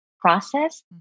process